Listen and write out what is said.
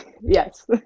Yes